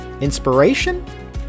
Inspiration